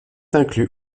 inclus